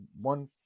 one